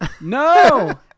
No